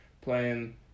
playing